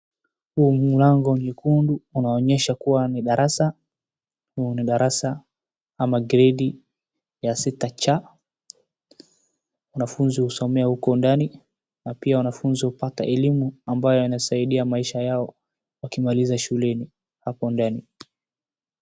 Huu ni mlango mwekundu unaonyesha kuwa ni darasa. Hii ni darasa ama gredi ya sita C wanafunzi husomea huko ndani na pia wanafunzi hupata elimu ambayo inasaidia maisha yao wakimaliza shuleni hapo ndani.